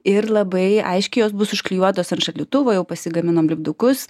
ir labai aiškiai jos bus užklijuotos ant šaldytuvo jau pasigaminom lipdukus